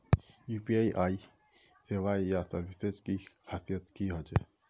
UPI सेवाएँ या services की खासियत की होचे?